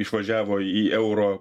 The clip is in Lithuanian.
išvažiavo į euro